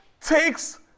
takes